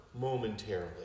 momentarily